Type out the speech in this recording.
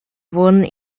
wurden